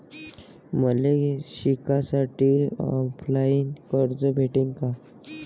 मले शिकासाठी ऑफलाईन कर्ज भेटन का?